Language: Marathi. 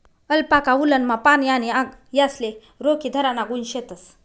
अलपाका वुलनमा पाणी आणि आग यासले रोखीधराना गुण शेतस